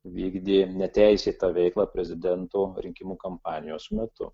vykdė neteisėtą veiklą prezidento rinkimų kampanijos metu